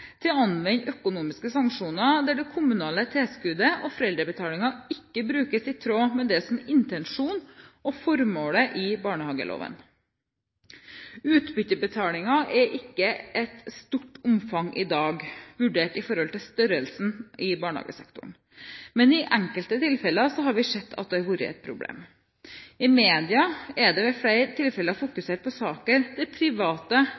til å anvende økonomiske sanksjoner der det kommunale tilskuddet og foreldrebetalingen ikke brukes i tråd med det som er intensjonen og formålet med barnehageloven. Utbyttebetalingen har ikke et stort omfang i dag, vurdert i forhold til størrelsen i barnehagesektoren, men i enkelte tilfeller har vi sett at det har vært et problem. I media er det ved flere tilfeller fokusert på saker der private